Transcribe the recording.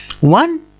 one